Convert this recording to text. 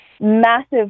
massive